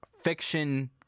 fiction